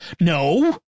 no